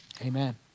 Amen